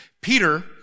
Peter